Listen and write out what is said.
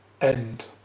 end